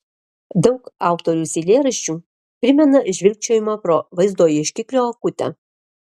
daug autoriaus eilėraščių primena žvilgčiojimą pro vaizdo ieškiklio akutę